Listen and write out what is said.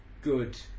good